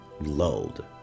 lulled